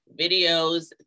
videos